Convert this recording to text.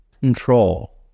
control